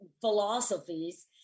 philosophies